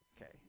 Okay